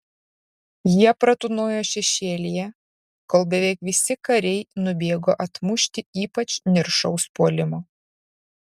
jie pratūnojo šešėlyje kol beveik visi kariai nubėgo atmušti ypač niršaus puolimo